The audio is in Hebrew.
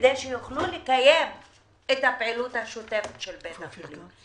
כדי שיוכלו לקיים את הפעילות השוטפת של בית החולים.